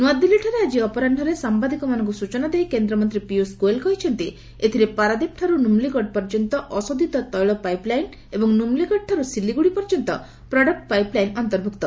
ନୂଆଦିଲ୍ଲୀଠାରେ ଆକି ଅପରାହ୍ୱରେ ସାମ୍ବାଦିକମାନଙ୍କୁ ସୂଚନାଦେଇ କେନ୍ଦ୍ରମନ୍ତ୍ରୀ ପିୟୁଷ ଗୋଏଲ କହିଛନ୍ତି ଏଥିରେ ପାରାଦୀପଠାରୁ ନିମ୍ଲିଗଡ ପର୍ଯ୍ୟନ୍ତ ଅଶୋଧିତ ତେିଳ ପାଇପ ଲାଇନ ଏବଂ ନୁମ୍ଲିଗଡଠାରୁ ସିଲିଗୁଡି ପର୍ଯ୍ୟନ୍ତ ପ୍ରଡକ୍ଟ ପାଇପ୍ଲାଇନ ଅନ୍ତର୍ଭୁକ୍ତ